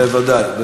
בוודאי.